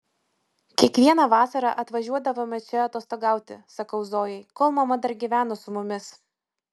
kiekvieną vasarą atvažiuodavome čia atostogauti sakau zojai kol mama dar gyveno su mumis